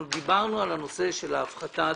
אנחנו דיברנו על הנושא של הפחתת